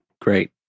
Great